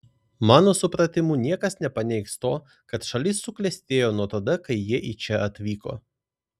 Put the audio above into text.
mano supratimu niekas nepaneigs to kad šalis suklestėjo nuo tada kai jie į čia atvyko